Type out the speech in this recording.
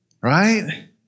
Right